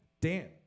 Dan